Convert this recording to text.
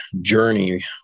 journey